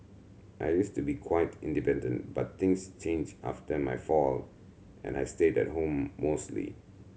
I used to be quite independent but things changed after my fall and I stayed at home mostly